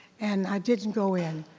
and i didn't go in.